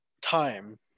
time